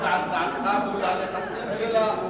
באיזה מידה תעמוד על דעתך מול הלחצים של הממשלה,